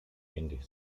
ähnlich